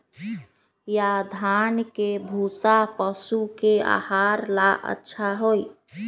या धान के भूसा पशु के आहार ला अच्छा होई?